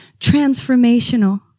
transformational